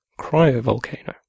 cryovolcano